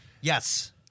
Yes